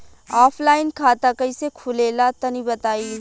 Offline खाता कइसे खुले ला तनि बताई?